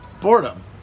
boredom